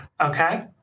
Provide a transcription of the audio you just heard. Okay